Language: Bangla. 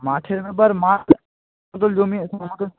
মাঠের ব্যাপার মাঠ জমি